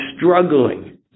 struggling